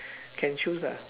can choose ah